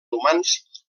humans